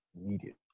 immediately